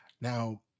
now